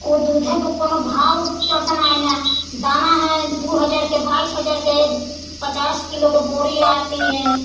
और दूध का कोई भाव चढ़ता नहीं ना दाना है दो हज़ार का बाइस हज़ार का यह पचास किलो की बोरी आती है